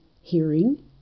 hearing